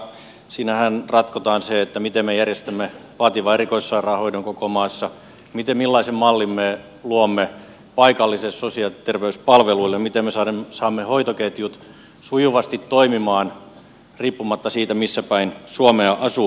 siinähän ratkotaan se miten me järjestämme vaativan erikoissairaanhoidon koko maassa millaisen mallin me luomme paikallisille sosiaali ja terveyspalveluille miten me saamme hoitoketjut sujuvasti toimimaan riippumatta siitä missäpäin suomea asuu